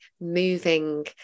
moving